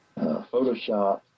Photoshop